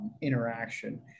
interaction